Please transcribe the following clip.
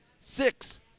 Six